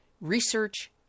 Research